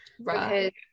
right